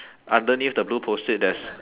underneath the blue Post-it there's